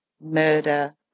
murder